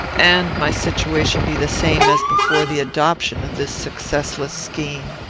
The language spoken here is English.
and my situation be the same as before the adoption of this successless scheme.